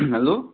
hello